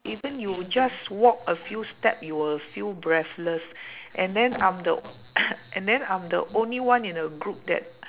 even you just walk a few step you will feel breathless and then I'm the and then I'm the only one in the group that